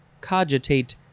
cogitate